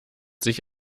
sich